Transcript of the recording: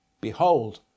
Behold